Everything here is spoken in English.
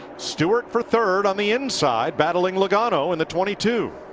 stewart for third on the inside. battling logano in the twenty two